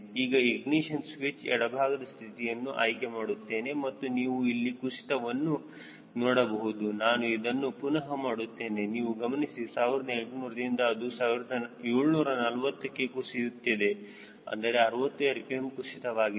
ಈಗ ignition switch ಎಡಭಾಗದ ಸ್ಥಿತಿಯನ್ನು ಆಯ್ಕೆ ಮಾಡುತ್ತೇನೆ ಮತ್ತು ನೀವು ಇಲ್ಲಿ ಕುಸಿತವನ್ನು ನೋಡಬಹುದು ನಾನು ಇದನ್ನು ಪುನಹ ಮಾಡುತ್ತೇನೆ ನೀವು ಗಮನಿಸಿ 1800 ದಿಂದ ಅದು 1740 ಗೆ ಕುಸಿಯುತ್ತದೆ ಅಂದರೆ60 rpm ಕುಸಿತವಾಗಿದೆ